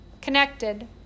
connected